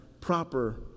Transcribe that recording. proper